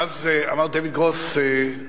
ואז אמר דייוויד גרוס,